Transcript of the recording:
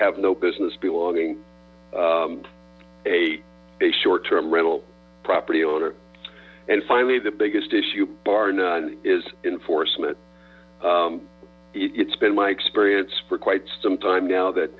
have no business belonging to a a short term rental property owner and finally the biggest issue bar none is enforcement it's been my experience for quite some time now that